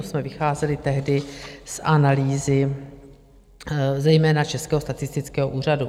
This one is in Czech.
To jsme vycházeli tehdy z analýzy zejména Českého statistického úřadu.